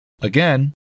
Again